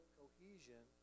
cohesion